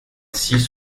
six